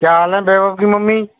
क्या हाल है बैभव की मम्मी